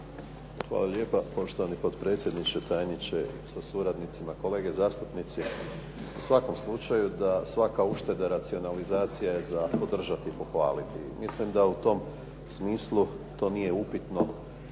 Hvala lijepa, poštovani predsjedniče. Tajniče sa suradnicima, kolege zastupnici. U svakom slučaju da svaka ušteda, racionalizacija je za podržati i pohvaliti. Mislim da u tom smislu to nije upitno,